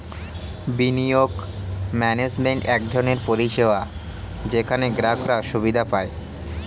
বিনিয়োগ ম্যানেজমেন্ট এক ধরনের পরিষেবা যেখানে গ্রাহকরা সুবিধা পায়